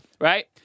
Right